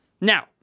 Now